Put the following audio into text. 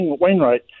Wainwright